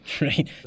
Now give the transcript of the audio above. right